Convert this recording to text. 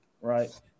right